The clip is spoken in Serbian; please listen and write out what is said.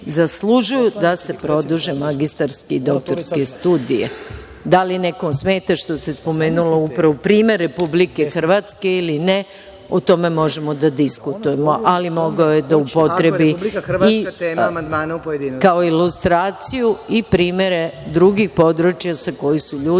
im se produže magistarske i doktorske studije. Da li nekome smeta što se spomenuo primer Republike Hrvatske ili ne, o tome možemo da diskutujemo, ali mogao je da upotrebi i kao ilustraciju i primere drugih područja sa kojih su ljudi